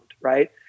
right